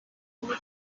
بود